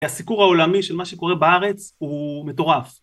הסיקור העולמי של מה שקורה בארץ הוא מטורף.